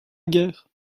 guerre